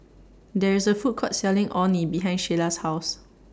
There IS A Food Court Selling Orh Nee behind Shayla's House